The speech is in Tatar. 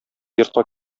йортка